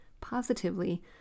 positively